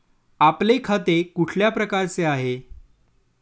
आपले खाते कुठल्या प्रकारचे आहे?